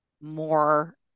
more